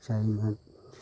जायोमोन